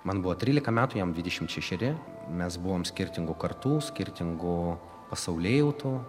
man buvo trylika metų jam dvidešimt šešeri mes buvom skirtingų kartų skirtingų pasaulėjautų